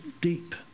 deep